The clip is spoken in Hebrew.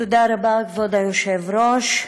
תודה רבה, כבוד היושב-ראש.